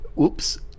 Oops